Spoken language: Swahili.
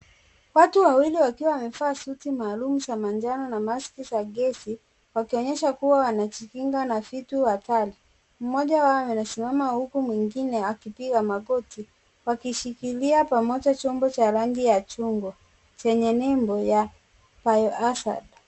Watu wawili wakiwa wamevaa suti maalum za manjano na maski za gesi, wakionyesha kuwa wanajikinga na vitu hatari. Mmoja wao anasimama huku mwingine akipiga magoti wakishikilia pamoja chombo cha rangi ya chungwa chenye nembo ya biohazard .